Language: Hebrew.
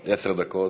עד, עד עשר דקות.